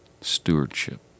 stewardship